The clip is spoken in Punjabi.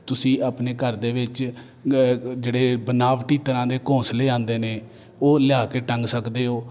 ਤੁਸੀਂ ਆਪਣੇ ਘਰ ਦੇ ਵਿੱਚ ਜਿਹੜੇ ਬਨਾਵਟੀ ਤਰ੍ਹਾਂ ਦੇ ਘੌਸਲੇ ਆਉਂਦੇ ਨੇ ਉਹ ਲਿਆ ਕੇ ਟੰਗ ਸਕਦੇ ਹੋ